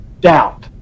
doubt